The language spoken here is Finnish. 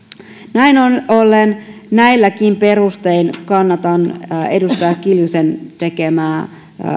näin ollen näilläkin perustein kannatan edustaja kiljusen tekemää